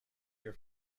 your